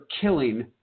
killing